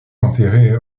enterré